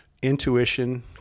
Intuition